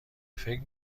فکر